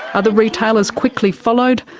others retailers quickly followed,